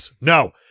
No